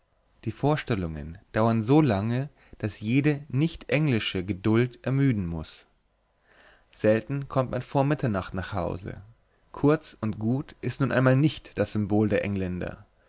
die vorstellungen dauern so lange daß jede nicht englische geduld ermüden muß selten kommt man vor mitternacht nach hause kurz und gut ist nun einmal nicht das symbol der engländer